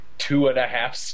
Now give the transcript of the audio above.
two-and-a-half